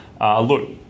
Look